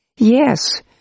Yes